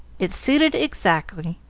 it suited exactly.